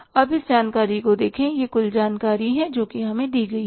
अब इस जानकारी को देखें यह कुल जानकारी है जो हमें दी गई है